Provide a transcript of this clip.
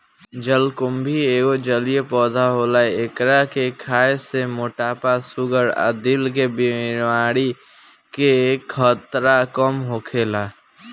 जलकुम्भी एगो जलीय पौधा होला एकरा के खाए से मोटापा, शुगर आ दिल के बेमारी के खतरा कम होखेला